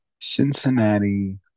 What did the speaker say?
Cincinnati